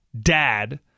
dad